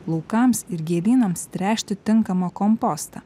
laukams ir gėlynams tręšti tinkamą kompostą